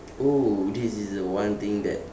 oh this is the one thing that